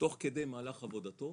תוך כדי מהלך עבודתו,